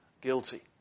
guilty